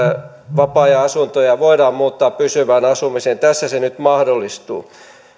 vapaa ajanasuntoja voidaan muuttaa pysyvään asumiseen tässä se nyt mahdollistuu